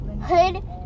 Hood